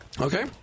Okay